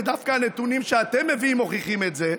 ודווקא הנתונים שאתם מביאים מוכיחים את זה,